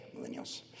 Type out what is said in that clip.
millennials